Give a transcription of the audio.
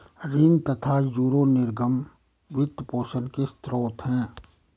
ऋण तथा यूरो निर्गम वित्त पोषण के स्रोत है